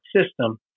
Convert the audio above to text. system